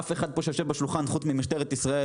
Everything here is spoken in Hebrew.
אף אחד פה שיושב בשולחן חוץ ממשטרת ישראל